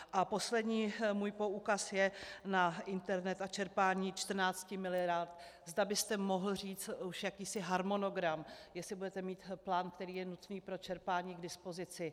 A poslední můj poukaz je na internet a čerpání 14 miliard, zda byste už mohl říct jakýsi harmonogram, jestli budete mít plán, který je nutný pro čerpání, k dispozici.